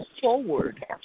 forward